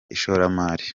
ishoramari